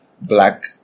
black